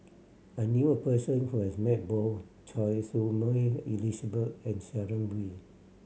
I knew a person who has met both Choy Su Moi Elizabeth and Sharon Wee